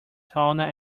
sauna